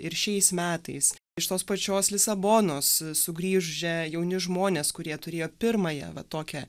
ir šiais metais iš tos pačios lisabonos sugrįžę jauni žmonės kurie turėjo pirmąją va tokią